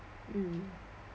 um